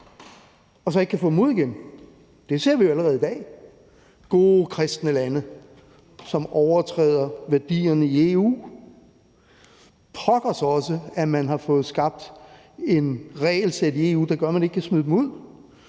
og så ikke kan få dem ud igen. Det ser vi jo allerede i dag. Gode, kristne lande, som overtræder værdierne i EU. Pokkers også, at man har fået skabt et regelsæt i EU, der gør, at man ikke kan smide dem ud.